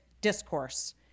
discourse